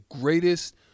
greatest